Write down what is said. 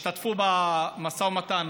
השתתפו במשא ומתן